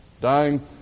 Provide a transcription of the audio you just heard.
Dying